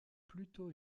pluto